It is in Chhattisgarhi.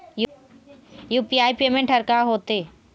यू.पी.आई पेमेंट हर का होते?